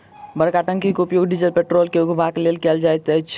बड़का टंकीक उपयोग डीजल पेट्रोल के उघबाक लेल कयल जाइत छै